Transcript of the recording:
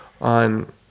on